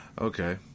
Okay